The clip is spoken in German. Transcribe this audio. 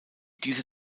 diese